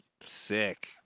sick